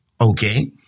Okay